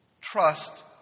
trust